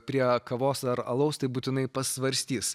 prie kavos ar alaus tai būtinai pasvarstys